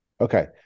Okay